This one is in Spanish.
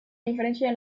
diferencias